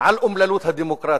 לאומללות הדמוקרטיה.